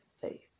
faith